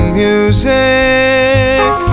music